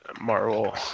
Marvel